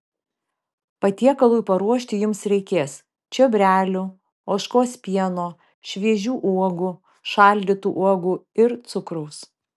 patiekalui paruošti jums reikės čiobrelių ožkos pieno šviežių uogų šaldytų uogų ir cukraus